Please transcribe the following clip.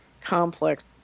complex